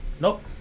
Nope